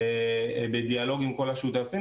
בדיאלוג עם כל השותפים.